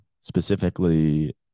specifically